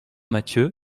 matthieu